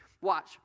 Watch